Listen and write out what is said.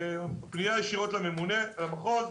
אפשר לפנות בפנייה ישירה לממונה על המחוז.